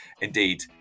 indeed